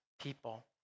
people